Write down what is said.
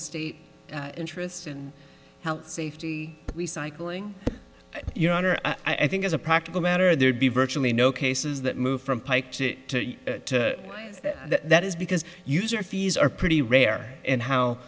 state interests and health safety recycling your honor i think as a practical matter there'd be virtually no cases that move from pike to that is because user fees are pretty rare and how